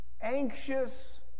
anxious